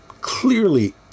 clearly